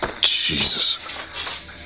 Jesus